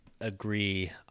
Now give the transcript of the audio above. agree